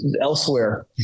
elsewhere